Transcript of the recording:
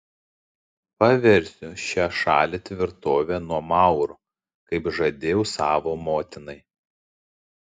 paversiu šią šalį tvirtove nuo maurų kaip žadėjau savo motinai